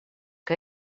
que